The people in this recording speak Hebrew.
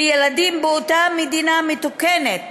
וילדים באותה מדינה מתוקנת